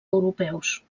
europeus